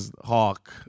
Hawk